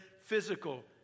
physical